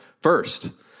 first